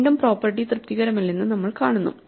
വീണ്ടും പ്രോപ്പർട്ടി തൃപ്തികരമല്ലെന്ന് നമ്മൾ കാണുന്നു